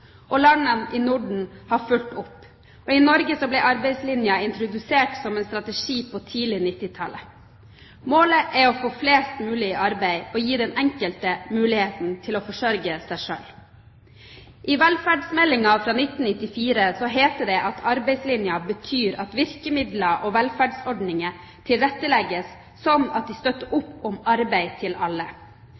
1970-tallet. Landene i Norden har fulgt opp, og i Norge ble arbeidslinjen introdusert som en strategi tidlig på 1990-tallet. Målet er å få flest mulig i arbeid og å gi den enkelte muligheten til å forsørge seg selv. I St.meld. nr. 35 for 1994–95 Velferdsmeldingen heter det: «Arbeidslinja betyr at virkemidler og velferdsordninger tilrettelegges slik at de støtter opp under målet om arbeid til alle.»